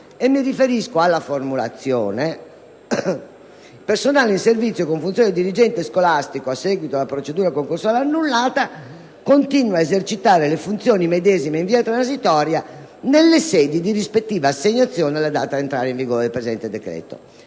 Mi riferisco alla seguente formulazione: «(...) il personale in servizio con funzioni di dirigente scolastico, a seguito della procedura concorsuale annullata, continua ad esercitare le funzioni medesime in via transitoria nelle sedi di rispettiva assegnazione alla data di entrata in vigore del presente decreto».